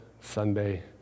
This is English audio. Sunday